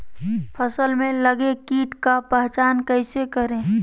फ़सल में लगे किट का पहचान कैसे करे?